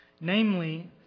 Namely